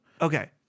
Okay